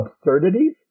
absurdities